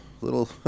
little